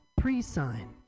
pre-sign